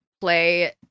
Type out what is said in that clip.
play